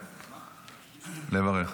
לברך.